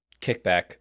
kickback